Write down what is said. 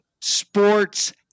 sports